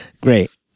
Great